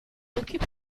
occupe